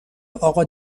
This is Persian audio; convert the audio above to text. اقا